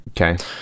Okay